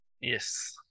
yes